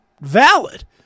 valid